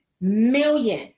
million